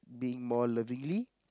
being more lovingly